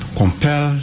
compel